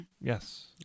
yes